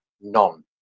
None